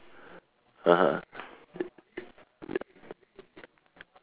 (uh huh)